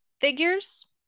figures